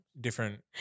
different